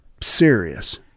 serious